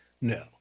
No